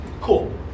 cool